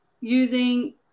using